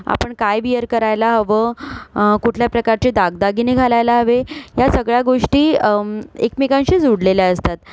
आपण काय वियर करायला हवं कुठल्या प्रकारचे दागदागिने घालायला हवे या सगळ्या गोष्टी एकमेकांशी जुळलेल्या असतात